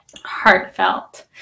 heartfelt